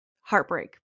heartbreak